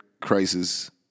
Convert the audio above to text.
crisis